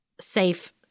safe